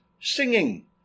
singing